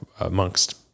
amongst